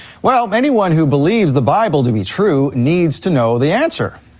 well, anyone who believes the bible to be true needs to know the answer,